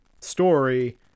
story